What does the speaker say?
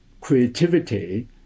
creativity